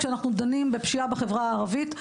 כשאנחנו דנים בנושא הפשיעה בחברה הערבית,